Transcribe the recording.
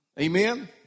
Amen